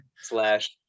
slash